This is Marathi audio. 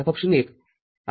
F१० x